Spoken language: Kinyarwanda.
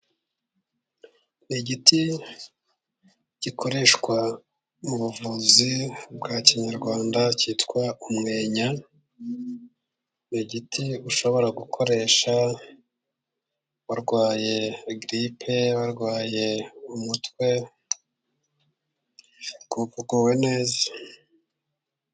Ni igiti gikoreshwa mu buvuzi bwa kinyarwanda cyitwa umwenya, ni igiti ushobora gukoresha barwaye giripe, warwaye umutwe, ukumva uguwe neza.